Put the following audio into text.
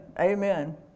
Amen